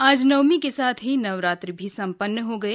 आज नवमी के साथ ही नवरात्र भी सम्पन्न हयी